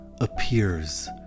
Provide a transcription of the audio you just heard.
appears